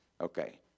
okay